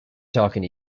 talking